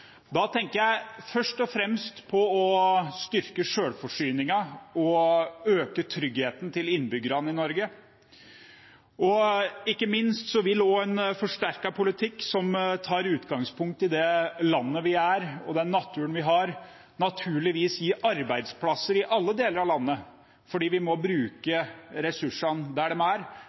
Da tenker jeg først og fremst på å styrke selvforsyningen og å øke tryggheten til innbyggerne i Norge. Ikke minst vil en forsterket politikk som tar utgangspunkt i det landet vi er, og den naturen vi har, naturligvis gi arbeidsplasser i alle deler av landet, fordi vi må bruke ressursene der de er